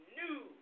new